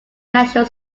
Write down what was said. national